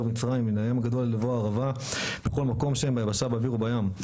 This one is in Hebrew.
מצרים ומן הים הגדול עד לבוא הערבה ביבשה באוויר וביום.